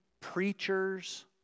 preachers